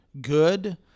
good